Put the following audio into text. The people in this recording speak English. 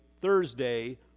Thursday